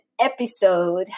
episode